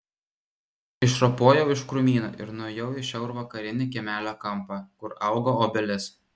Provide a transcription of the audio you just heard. išropojau iš krūmyno ir nuėjau į šiaurvakarinį kiemelio kampą kur augo obelis